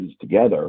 together